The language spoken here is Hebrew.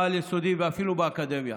הן בעל-יסודי ואפילו באקדמיה.